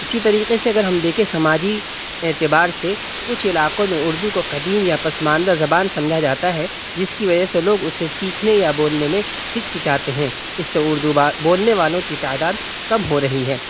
اسی طریقے سے اگر ہم دیکھیں سماجی اعتبار سے کچھ علاقوں میں اردو کو قدیم یا پسماندہ زبان سمجھا جاتا ہے جس کی وجہ سے لوگ اسے سیکھنے یا بولنے میں ہچکچاتے ہیں اس سے اردو بولنے والوں کی تعداد کم ہو رہی ہے